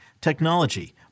technology